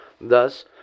Thus